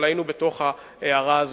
אבל היינו בתוך ההערה הזאת.